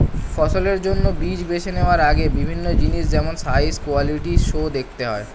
ফসলের জন্য বীজ বেছে নেওয়ার আগে বিভিন্ন জিনিস যেমন সাইজ, কোয়ালিটি সো দেখতে হয়